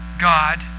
God